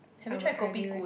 I would highly rec~